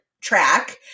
track